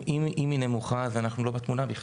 אם היא נמוכה אנחנו בכלל לא בתמונה.